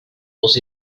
was